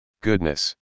Goodness